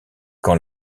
quand